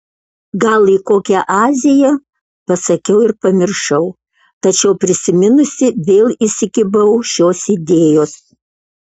gal į kokią aziją pasakiau ir pamiršau tačiau prisiminusi vėl įsikibau šios idėjos